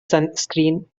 sunscreen